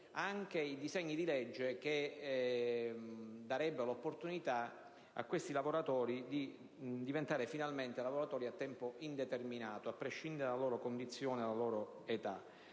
anche i disegni di legge che darebbero l'opportunità a questi lavoratori di diventare finalmente lavoratori a tempo indeterminato, a prescindere dalla loro condizione e dalla loro età.